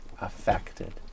affected